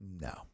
No